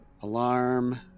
Alarm